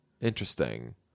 Interesting